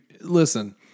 Listen